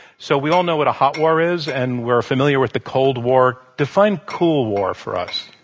so we all know what a hot war is and we're familiar with the cold war. define cool war for us.